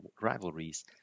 rivalries